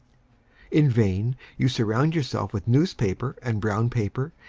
in vain you surround yourself with newspaper and brown paper,